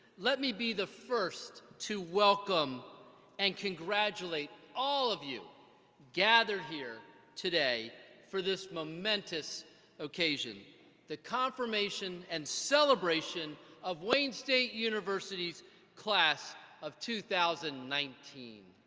let me be the first to welcome and congratulate all of you gathered here today for this momentous occasion the confirmation and celebration of wayne state university's class of two thousand and nineteen.